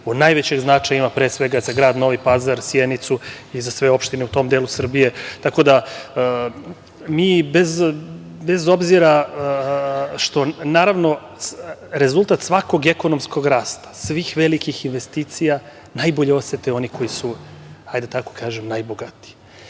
od najvećeg značaja ima pre svega za grad Novi Pazar, Sjenicu i za sve opštine u tom delu Srbije. Tako da, rezultat svakog ekonomskog rasta, svih velikih investicija najbolje osete oni koji su, da tako kažem, najbogatiji.